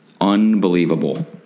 unbelievable